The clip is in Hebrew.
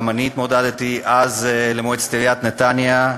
גם אני התמודדתי אז למועצת עיריית נתניה,